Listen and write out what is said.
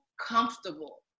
comfortable